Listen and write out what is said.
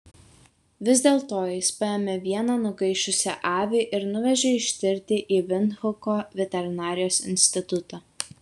vis dėlto jis paėmė vieną nugaišusią avį ir nuvežė ištirti į vindhuko veterinarijos institutą